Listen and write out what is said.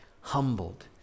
humbled